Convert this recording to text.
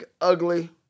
Ugly